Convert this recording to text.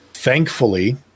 Thankfully